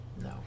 No